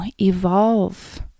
evolve